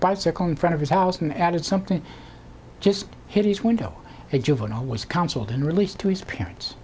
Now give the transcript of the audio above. bicycle in front of his house and added something just hit his window a juvenile was counseled and released to his parents